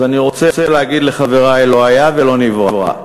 אז אני רוצה להגיד לחברי: לא היה ולא נברא.